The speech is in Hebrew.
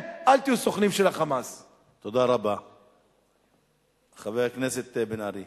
חבר הכנסת טלב אלסאנע,